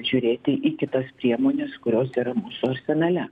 žiūrėti į kitas priemones kurios yra mūsų arsenale